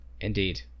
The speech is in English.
Indeed